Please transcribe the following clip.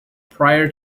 prior